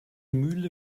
mühle